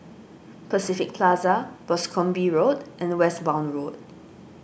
Pacific Plaza Boscombe Road and Westbourne Road